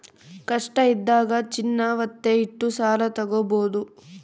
ಕಷ್ಟ ಇದ್ದಾಗ ಚಿನ್ನ ವತ್ತೆ ಇಟ್ಟು ಸಾಲ ತಾಗೊಬೋದು